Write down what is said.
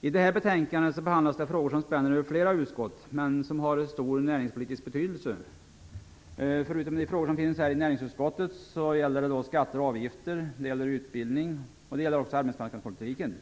I detta betänkande behandlas frågor som spänner över flera utskotts områden, men som har en stor näringspolitisk betydelse. Förutom de frågor som behandlas här i näringsutskottet gäller det skatter och avgifter, utbildning och arbetsmarknadspolitiken.